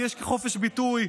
כי יש חופש ביטוי,